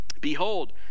Behold